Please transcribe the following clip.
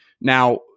Now